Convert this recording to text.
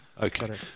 Okay